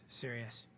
serious